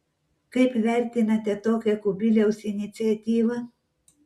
kaip vertinate tokią kubiliaus iniciatyvą